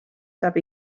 saab